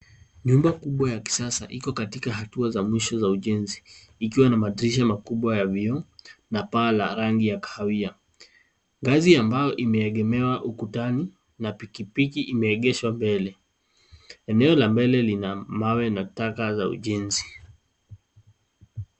Nyumba kubwa ya kisasa iko katika hatua za mwisho za ujenzi ikiwa na madirisha makubwa ya vioo na paa la rangi ya kahawia, ngazi ambayo imeegemea ukutani na pikipiki imeegeshwa mbele. Eneo la mbele lina mawe na taka za ujenzi.